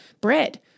bread